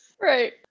Right